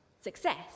Success